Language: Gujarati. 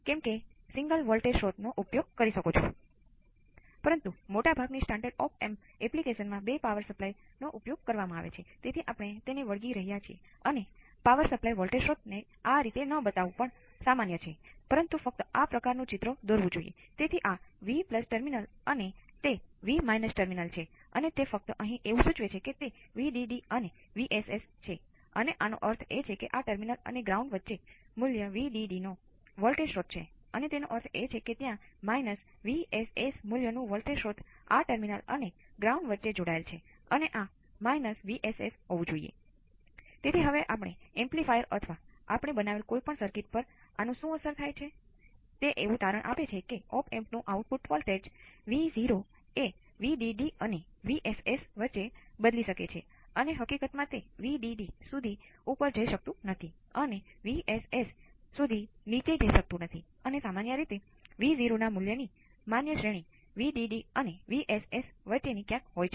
તેથી તે સહેજ વધુ જટિલ લાગે છે પરંતુ મૂળભૂતરીતે કેપેસિટર નો પણ ઉપયોગ કરી શકો છો અને એ ચકાસી શકો છો કે તેનો જવાબો બરાબર સરખો જ છે